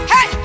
Hey